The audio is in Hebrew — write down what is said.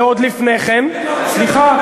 ועוד לפני כן, האוכלוסייה לא מדברת, סליחה.